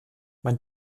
man